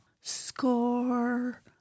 Score